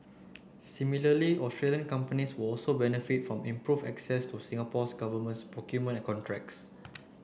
similarly Australian companies will also benefit from improved access to Singapore's governments procurement contracts